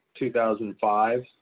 2005